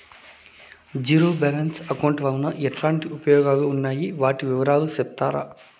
Zero balance account వలన ఎట్లాంటి ఉపయోగాలు ఉన్నాయి? వాటి వివరాలు సెప్తారా?